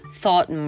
thought